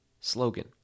slogan